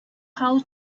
how